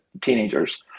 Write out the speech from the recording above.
teenagers